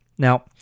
Now